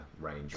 range